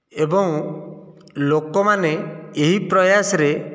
ଏବଂ ଲୋକମାନେ ଏହି ପ୍ରୟାସରେ